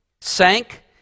sank